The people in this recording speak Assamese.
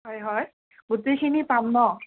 হয় হয় গোটেইখিনি পাম ন